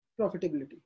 Profitability